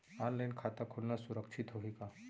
Online खाता खोलना सुरक्षित होही का?